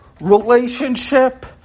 Relationship